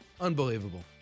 Unbelievable